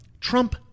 Trump